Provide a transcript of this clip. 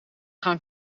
gaan